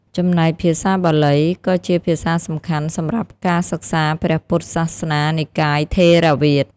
ចំណែកភាសាបាលី ក៏ជាភាសាសំខាន់សម្រាប់ការសិក្សាព្រះពុទ្ធសាសនានិកាយថេរវាទ។